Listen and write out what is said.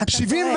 לא היה.